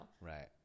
Right